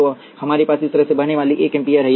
तो हमारे पास इस तरह से बहने वाला एक एम्पीयर है